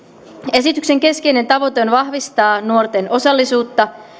esityksen keskeinen tavoite on vahvistaa nuorten osallisuutta